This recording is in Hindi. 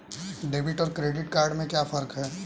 डेबिट और क्रेडिट में क्या फर्क है?